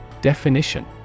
Definition